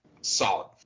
solid